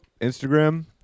Instagram